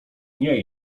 nie